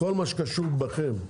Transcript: כל מה שקשור בכם,